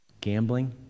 Gambling